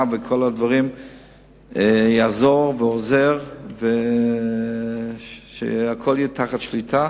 וכל הדברים יעזור ועוזר שהכול יהיה תחת שליטה,